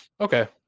Okay